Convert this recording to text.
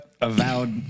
avowed